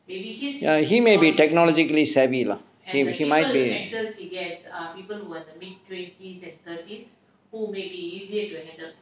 he may be technologically savvy lah he might be